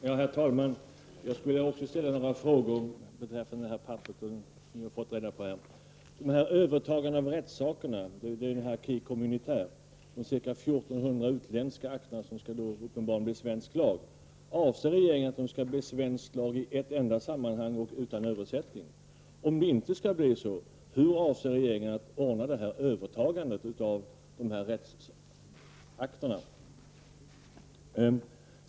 Herr talman! Jag vill också ställa ett par frågor med anledning av den information som vi fått här. När det gäller frågan om övertagande av rättsakterna, I acquis communautaire, dvs. de ca 1 400 utländska akterna som uppenbarligen skall bli svensk lag, vill jag fråga följande: Avser regeringen att de skall bli svensk lag i ett enda sammanhang och utan översättning? Om så inte skall ske, hur avser regeringen då att ordna övertagandet av dessa rättsakter?